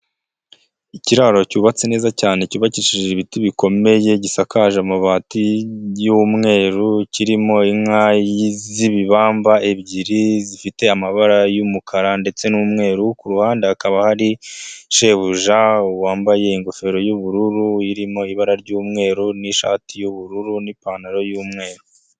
Ikiraro cyubatse neza cyane cyubakishije ibiti bikomeye gisakaje amabati y'umweru, kirimo inka z'ibibamba ebyiri zifite amabara y'umukara ndetse n'umweru, kuhande hakaba hari shebuja wambaye ingofero y'ubururu irimo ibara ry'umweru n'ishati y'ubururu n'ipantaro y'umweru.